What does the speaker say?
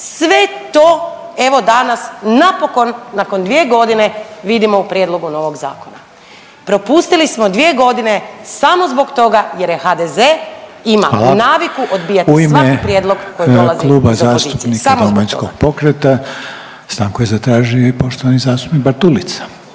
sve to evo danas napokon nakon dvije godine vidimo u prijedlogu novog zakona. Propustili smo dvije godine samo zbog toga jer je HDZ … …/Upadica Reiner: Hvala./… … imao naviku odbijati svaki prijedlog koji dolazi iz opozicije. **Reiner, Željko (HDZ)** U ime Kluba zastupnika Domovinskog pokreta stanku je zatražio i poštovani zastupnik Bartulica.